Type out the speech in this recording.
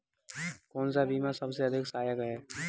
कौन सा बीमा सबसे अधिक सहायक है?